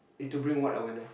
is to bring what awareness